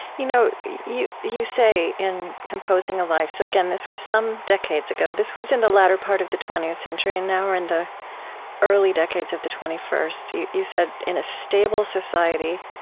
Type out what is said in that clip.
you know you you say, in composing a life so again, this was some decades ago. this was in the latter part of the twentieth century, and now we're in the early decades of the twenty first. you you said, in a stable society,